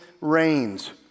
rains